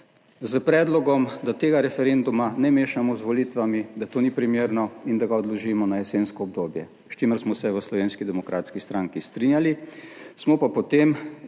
s predlogom, da tega referenduma ne mešamo z volitvami, da to ni primerno in da ga odložimo na jesensko obdobje, s čimer smo se v Slovenski demokratski stranki strinjali, smo pa potem,